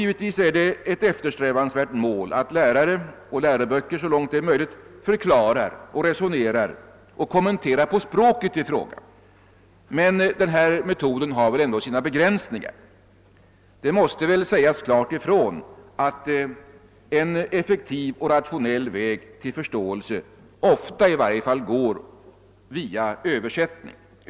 Givetvis är det ett eftersträvansvärt mål att lärare och läroböcker så långt det är möjligt förklarar, resonerar och kommenterar på språket i fråga, men metoden har väl ändå sina begränsningar. Det måste klart sägas att en effektiv och rationell väg till förståelse ofta går via översättning.